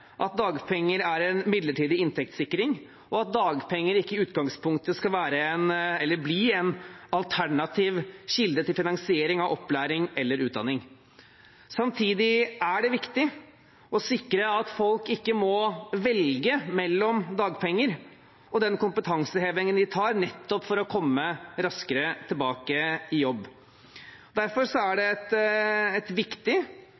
at dagpenger er en midlertidig inntektssikring, og at dagpenger ikke i utgangspunktet skal bli en alternativ kilde til finansiering av opplæring eller utdanning. Samtidig er det viktig å sikre at folk ikke må velge mellom dagpenger og den kompetansehevingen de tar nettopp for å komme raskere tilbake i jobb. Derfor er det et viktig